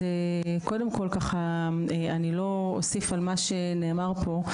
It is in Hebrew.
אז קודם כל, אני לא אוסיף על מה שנאמר פה.